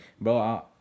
bro